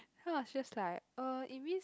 so I was just like uh it means